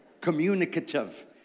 Communicative